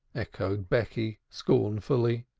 echoed becky scornfully.